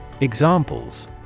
Examples